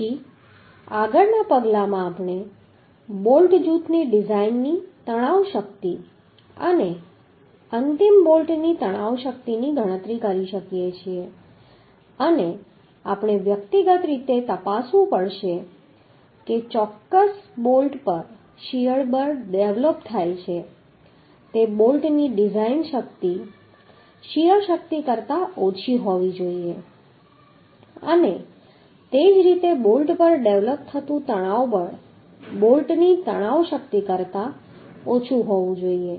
પછી આગળના પગલામાં આપણે બોલ્ટ જૂથની ડિઝાઇનની તણાવ શક્તિ અને અંતિમ બોલ્ટની તણાવ શક્તિની ગણતરી કરી શકીએ છીએ અને આપણે વ્યક્તિગત રીતે તપાસવું પડશે કે ચોક્કસ બોલ્ટ પર શીયર બળ ડેવલપ થાય છે તે બોલ્ટની ડિઝાઇન શીયર શક્તિ કરતા ઓછું હોવું જોઈએ અને તે જ રીતે બોલ્ટ પર ડેવલપ થતું તણાવ બળ બોલ્ટની તણાવ શક્તિ કરતા ઓછું હોવું જોઈએ